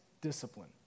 discipline